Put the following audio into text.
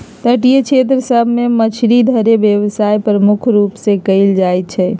तटीय क्षेत्र सभ में मछरी धरे के व्यवसाय प्रमुख रूप से कएल जाइ छइ